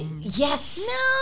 Yes